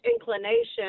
inclination